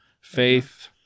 faith